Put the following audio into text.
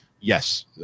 yes